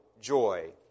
Joy